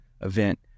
event